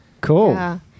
Cool